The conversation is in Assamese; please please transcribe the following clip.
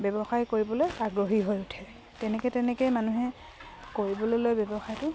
ব্যৱসায় কৰিবলৈ আগ্ৰহী হৈ উঠে তেনেকে তেনেকে মানুহে কৰিবলৈ লৈ ব্যৱসায়টো